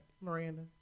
Miranda